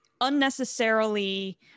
unnecessarily